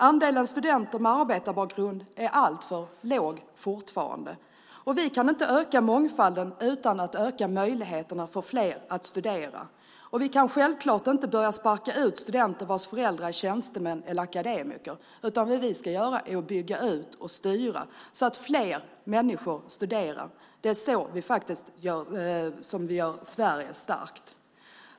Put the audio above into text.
Andelen studenter med arbetarbakgrund är fortfarande alltför låg. Vi kan inte öka mångfalden utan att öka möjligheterna för fler att studera. Vi kan självfallet inte börja sparka ut studenter vilkas föräldrar är tjänstemän eller akademiker, utan det vi ska göra är att bygga ut och styra så att fler människor studerar. Det är så vi gör Sverige starkt.